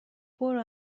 برو